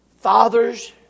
fathers